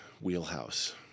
wheelhouse